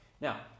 Now